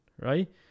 right